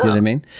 i mean?